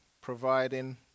providing